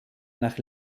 nach